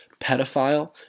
pedophile